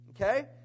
okay